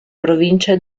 provincia